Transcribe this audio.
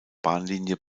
bahnlinie